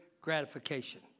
gratification